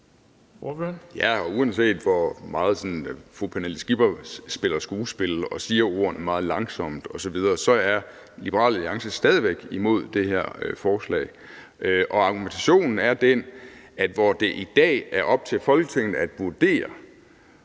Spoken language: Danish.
uanset hvor meget fru Pernille Skipper sådan spiller skuespil og siger ordene meget langsomt osv., så er Liberal Alliance stadig væk imod det her forslag. Og argumentationen er den, at hvor det i dag er op til Folketinget at vurdere,